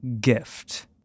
gift